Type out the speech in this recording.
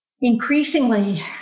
Increasingly